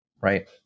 right